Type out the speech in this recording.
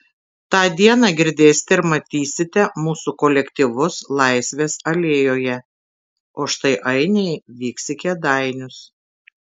tą dieną girdėsite ir matysite mūsų kolektyvus laisvės alėjoje o štai ainiai vyks į kėdainius